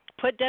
put